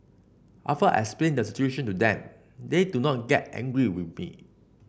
after I explain the situation to them they do not get angry with me